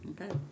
Okay